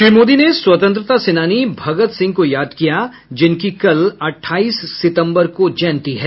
श्री मोदी ने स्वतंत्रता सेनानी भगत सिंह को याद किया जिनकी कल अट्टाईस सितंबर को जयंती है